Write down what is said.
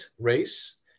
race